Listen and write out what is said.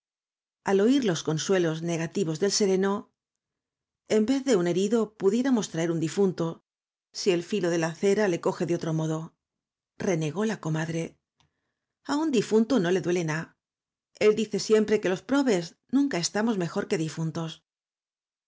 al oir los consuelos negativos del sereno en vez de un herido pudiéramos traer un difunto si el filo de la acera le coge de otro modo renegó la comadre a un difunto no le duele ná el dice siempre que los probes nunca estamos mejor que difuntos